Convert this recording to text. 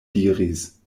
diris